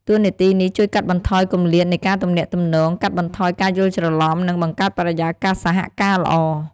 តួនាទីនេះជួយកាត់បន្ថយគម្លាតនៃការទំនាក់ទំនង កាត់បន្ថយការយល់ច្រឡំ និងបង្កើតបរិយាកាសសហការល្អ។